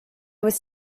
was